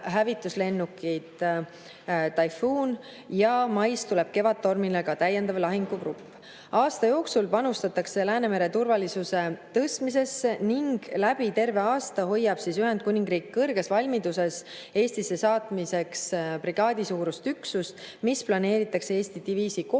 hävituslennukid Typhoon ja mais tuleb Kevadtormile ka täiendav lahingugrupp. Aasta jooksul panustatakse Läänemere turvalisuse tõstmisesse ning läbi terve aasta hoiab Ühendkuningriik kõrges valmiduses Eestisse saatmiseks brigaadisuurust üksust, mis planeeritakse Eesti diviisi koosseisu